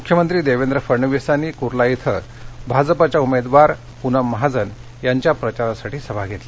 मुख्यमंत्री देवेंद्र फडणवीस यांनी कुला येथे भाजपच्या उमेदवार पुनम महाजन यांच्या प्रचारासाठी सभा घेतली